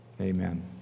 amen